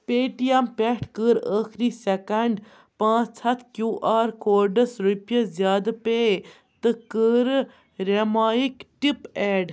پے T M پٮ۪ٹھٕ کٔر ٲخری سٮ۪کنٛڈ پانٛژھ ہَتھ کیوٗ آر کوڈَس رۄپیہِ زیادٕ پے تہٕ کٔرٕ ریمایِک ٹِپ اٮ۪ڈ